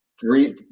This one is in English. three